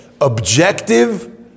Objective